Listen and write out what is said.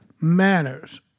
manners